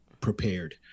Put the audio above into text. prepared